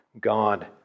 God